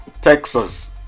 Texas